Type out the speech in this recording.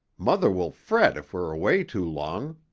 mother will fret if we're away too long.